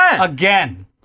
Again